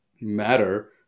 matter